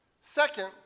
Second